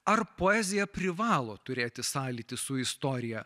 ar poezija privalo turėti sąlytį su istorija